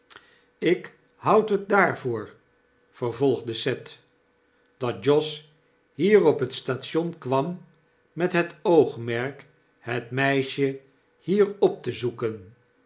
ik houd het daarvoor vervolgde seth dat josh hier op het station kwam met het oogmerk het meisje hier op te zoeken